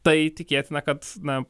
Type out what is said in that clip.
tai tikėtina kad na